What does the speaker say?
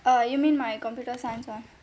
uh you mean my computer science [one]